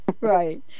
Right